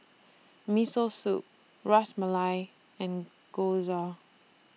Miso Soup Ras Malai and Gyoza